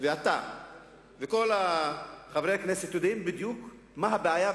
ואתה וכל חברי הכנסת יודעים בדיוק מה הבעיה,